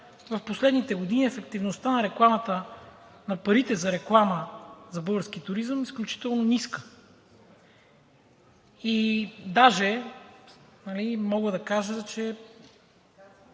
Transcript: в последните години ефективността на рекламата, на парите за реклама за български туризъм, е изключително ниска и даже мога да кажа, че